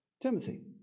Timothy